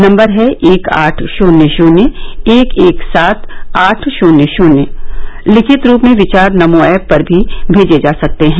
number है एक आठ शून्य शून्य एक एक सात आठ शून्य शून्य लिखित रूप में विचार नमो ऐप पर भी भेजे जा सकते हैं